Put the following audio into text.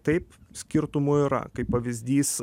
taip skirtumų yra kaip pavyzdys